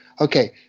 okay